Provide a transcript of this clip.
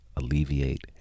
alleviate